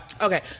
Okay